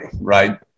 right